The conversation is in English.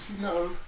no